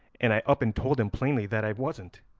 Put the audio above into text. and i up and told him plainly that i wasn't.